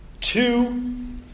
two